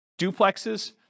duplexes